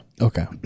Okay